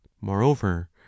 moreover